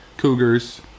Cougars